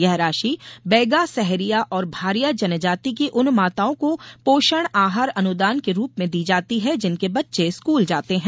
यह राशि बैगा सहरिया और भारिया जनजाति की उन माताओं को पोषण आहार अनुदान के रूप में दी जाती है जिनके बच्चे स्कल जाते हैं